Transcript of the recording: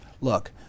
look